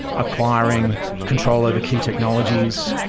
acquiring control over key technologies,